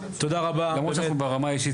למרות שאנחנו ברמה האישית,